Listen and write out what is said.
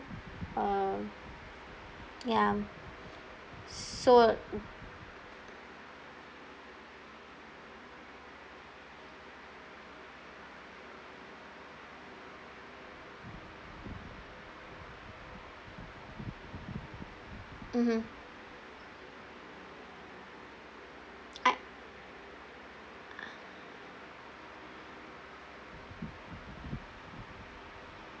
uh ya so mmhmm I